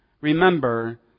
remember